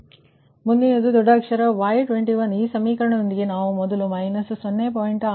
ಮತ್ತು ಮುಂದಿನ ದೊಡ್ಡ ಅಕ್ಷರ Y21 ಈ ಸಮೀಕರಣದೊಂದಿಗೆ ನಾವು ಮೊದಲು ಮೈನಸ್ 0